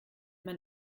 man